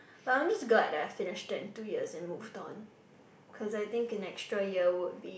but I am just glad that I finished in two years and move on because I think an extra year would be